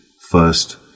first